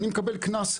אני מקבל קנס,